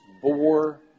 bore